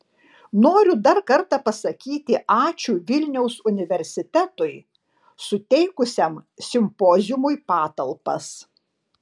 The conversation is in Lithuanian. noriu dar kartą pasakyti ačiū vilniaus universitetui suteikusiam simpoziumui patalpas